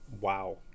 wow